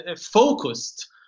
focused